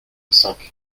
cinq